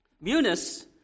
Munis